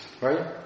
Right